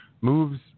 moves